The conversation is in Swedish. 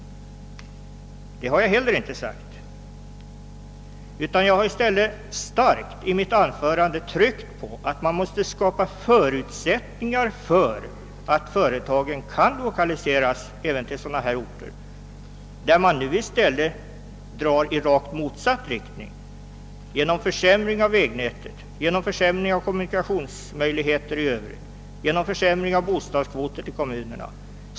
Det har jag inte sagt något om. I stället har jag i mitt anförande starkt tryckt på att man måste skapa förutsättningar för att företag skall kunna lokaliseras även till sådana här orter. Nu drar man i väg i rakt motsatt riktning på grund av försämring av vägnätet, försämring av kommunikationsmöjligheterna i övrigt och försämring av bostadskvoten till kommunerna.